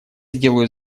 сделаю